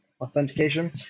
authentication